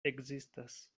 ekzistas